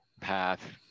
path